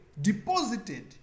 deposited